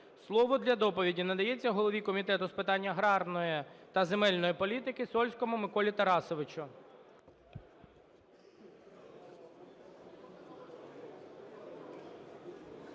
Слово для доповіді надається голові Комітету з питань аграрної та земельної політики Сольському Миколі Тарасовичу.